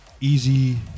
easy